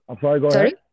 Sorry